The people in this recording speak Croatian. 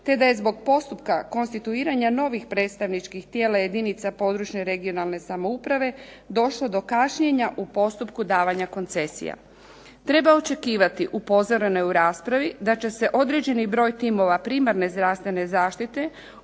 te da je zbog postupka konstituiranja novih predstavničkih tijela jedinica područne i regionalne samouprave došlo do kašnjenja u postupku davanja koncesija. Treba očekivati, upozoreno je u raspravi, da će se određeni broj timova primarne zdravstvene zaštite uslijed